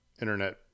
internet